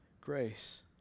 grace